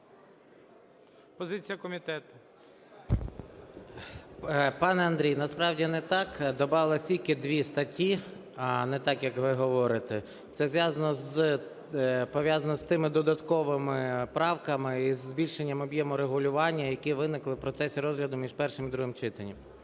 СОЛЬСЬКИЙ М.Т. Пане Андрій, насправді не так, добавилось тільки дві статті, а не так, як ви говорите. Це пов'язано з тими додатковими правками і з збільшенням об'єму регулювання, які виникли в процесі розгляду між першим і другим читанням.